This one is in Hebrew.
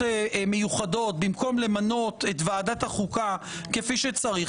מיוחדות במקום למנות את ועדת החוקה כפי שצריך,